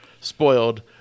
spoiled